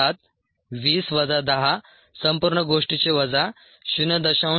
7 20 वजा 10 संपूर्ण गोष्टीचे वजा 0